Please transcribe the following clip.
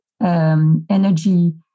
energy